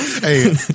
Hey